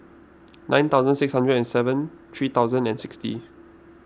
nine thousand six hundred and seven three thousand and sixty